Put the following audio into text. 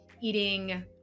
eating